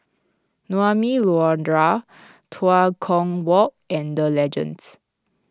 Naumi Liora Tua Kong Walk and Legends